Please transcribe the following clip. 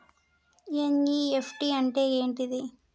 NEFT అంటే ఏంటిది?